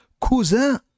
cousin